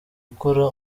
ukora